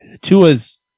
Tua's